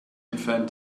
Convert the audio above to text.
invent